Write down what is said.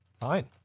Fine